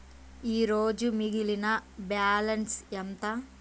ఈరోజు మిగిలిన బ్యాలెన్స్ ఎంత?